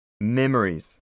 memories